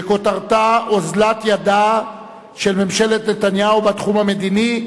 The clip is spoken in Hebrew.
שכותרתה: אוזלת ידה של ממשלת נתניהו בתחום המדיני,